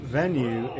venue